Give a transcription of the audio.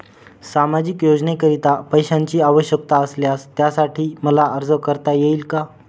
सामाजिक योजनेकरीता पैशांची आवश्यकता असल्यास त्यासाठी मला अर्ज करता येईल का?